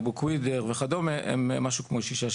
אבו קוידר וכדומה הם משהו כמו שישה,